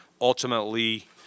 Ultimately